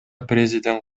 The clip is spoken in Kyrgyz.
президент